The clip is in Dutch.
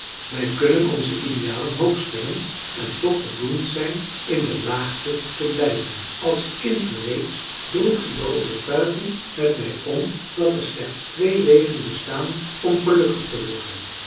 wij kunnen onze idealen hoog stellen en toch gedoemd zijn in de laagte te blijven als kind reeds droeg ik de overtuiging met mij om dat er slechts twee wegen bestaan om gelukkig te worden